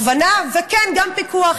הכוונה, וכן, גם פיקוח.